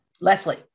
Leslie